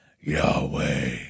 Yahweh